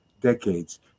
decades